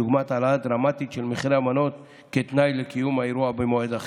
דוגמת העלאה דרמטית של מחירי המנות כתנאי לקיום האירוע במועד אחר.